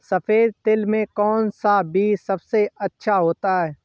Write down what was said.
सफेद तिल में कौन सा बीज सबसे अच्छा होता है?